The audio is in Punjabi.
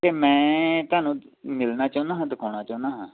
ਅਤੇ ਮੈਂ ਤੁਹਾਨੂੰ ਮਿਲਣਾ ਚਾਹੁੰਨਾ ਹਾਂ ਦਿਖਾਉਣਾ ਚਾਹੁੰਨਾ ਹਾਂ